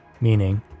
meaning